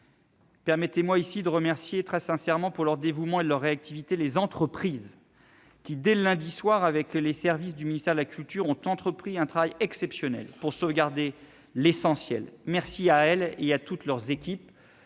à cette occasion de remercier très sincèrement, pour leur dévouement et leur réactivité, les entreprises, qui, dès le lundi soir, avec les services du ministère de la culture, ont entrepris un travail exceptionnel pour sauvegarder l'essentiel. Merci à elles et à toutes leurs équipes,